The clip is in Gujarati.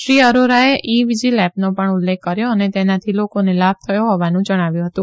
શ્રી અરોરાએ ઈ વિજીલ એપનો પણ ઉલ્લેખ કર્યો અને તેનાથી લોકોને લાભ થયો હોવાનું જણાવ્યું હતું